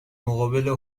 مقابل